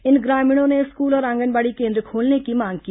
इन ग्रामीणों ने स्कूल और आंगनबाड़ी केन्द्र खोलने की मांग की